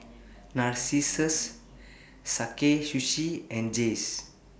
Narcissus Sakae Sushi and Jays